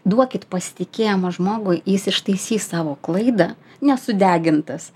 duokit pasitikėjimą žmogui jis ištaisys savo klaidą nesudegintas